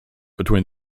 between